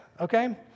okay